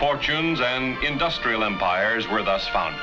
fortunes and industrial empires were thus found